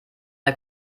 der